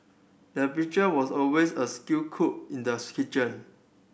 the butcher was always a skilled cook in the's kitchen